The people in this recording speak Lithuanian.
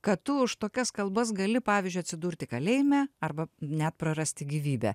kad tu už tokias kalbas gali pavyzdžiui atsidurti kalėjime arba net prarasti gyvybę